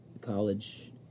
college